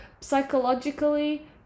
psychologically